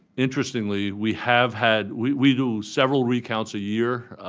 interestingly, we have had we we do several recounts a year.